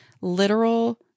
literal